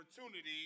opportunity